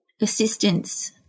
assistance